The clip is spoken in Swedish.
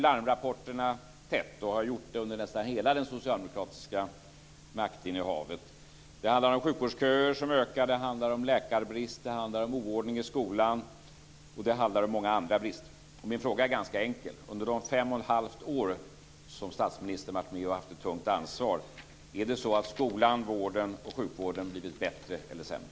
Larmrapporterna duggar tätt och har gjort det under nästan hela det socialdemokratiska maktinnehavet. Det handlar om sjukvårdsköer som ökar. Det handlar om läkarbrist. Det handlar om oordning i skolan. Och det handlar om många andra brister. Min fråga är ganska enkel: Har skolan och vården, under de fem och ett halvt år som statsministern har varit med och haft ett tungt ansvar, blivit bättre eller sämre?